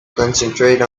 concentrate